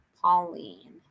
Pauline